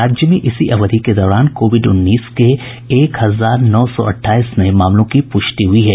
राज्य में इसी अवधि के दौरान कोविड उन्नीस के एक हजार नौ सौ अट्ठाईस नये मामलों की पुष्टि हुई है